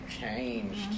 changed